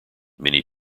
many